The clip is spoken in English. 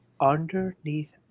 underneath